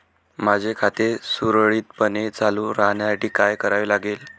माझे खाते सुरळीतपणे चालू राहण्यासाठी काय करावे लागेल?